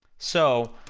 so,